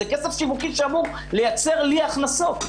זה כסף שיווקי שאמור לייצר לי הכנסות.